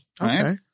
Okay